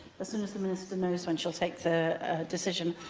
soon as the minister knows when she'll take the decision,